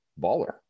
baller